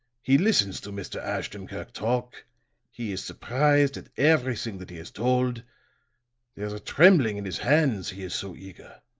he listens to mr. ashton-kirk talk he is surprised at everything that he is told there is a trembling in his hands, he is so eager.